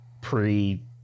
pre